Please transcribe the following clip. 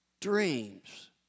dreams